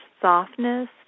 softness